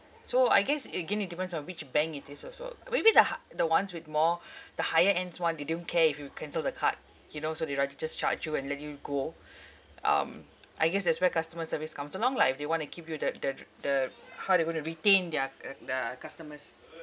so I guess again it depends on which bank it is also maybe the hi~ the ones with more the higher ends [one] they don't care if you cancel the card you know so they rather just charge you and let you go um I guess that's where customer service comes along lah if they want to keep you the the the how they're going to retain their uh the customers